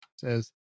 says